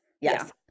yes